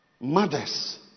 mothers